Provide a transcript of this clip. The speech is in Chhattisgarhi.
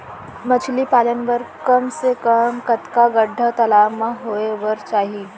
मछली पालन बर कम से कम कतका गड्डा तालाब म होये बर चाही?